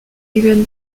even